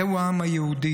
זהו העם היהודי.